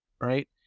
right